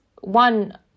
one